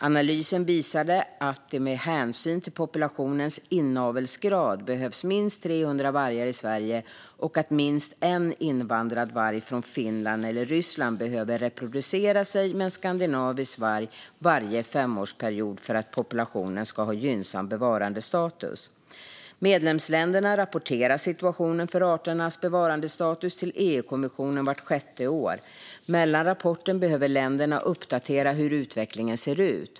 Analysen visade att det med hänsyn till populationens inavelsgrad behövs minst 300 vargar i Sverige och att minst en invandrad varg från Finland eller Ryssland behöver reproducera sig med en skandinavisk varg varje femårsperiod för att populationen ska ha gynnsam bevarandestatus. Medlemsländerna rapporterar situationen för arternas bevarandestatus till EU-kommissionen vart sjätte år. Mellan rapporterna behöver länderna uppdatera hur utvecklingen ser ut.